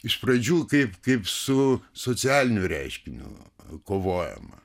iš pradžių kaip kaip su socialiniu reiškiniu kovojama